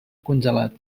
congelat